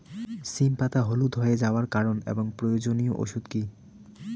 সিম পাতা হলুদ হয়ে যাওয়ার কারণ এবং প্রয়োজনীয় ওষুধ কি?